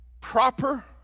proper